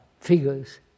figures